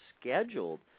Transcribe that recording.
scheduled